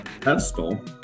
pedestal